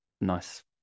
nice